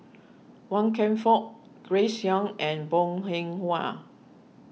Wan Kam Fook Grace Young and Bong Hing Hwa